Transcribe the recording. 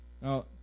now